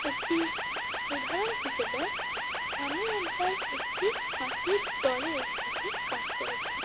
একটি উদাহরণ হিসেবে আমি একবার একটি হাতির দলের সাথে কাজ করেছি